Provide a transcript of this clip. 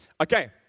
Okay